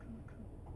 cool cool